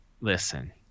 listen